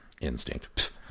Instinct